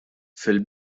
fil